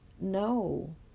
No